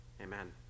Amen